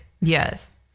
Yes